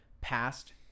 past